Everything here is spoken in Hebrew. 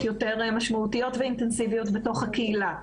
יותר משמעותיות ואינטנסיביות בתוך הקהילה.